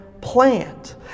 plant